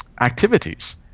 activities